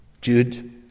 Jude